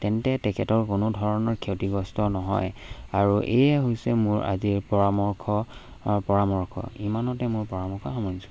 তেন্তে তেখেতৰ কোনো ধৰণৰ ক্ষতিগ্ৰস্ত নহয় আৰু এয়ে হৈছে মোৰ আজিৰ পৰামৰ্শ পৰামৰ্শ ইমানতে মোৰ পৰামৰ্শ সামঞ্জক